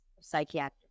psychiatric